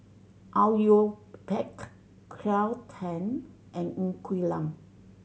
Au Yue Pak Claire Tham and Ng Quee Lam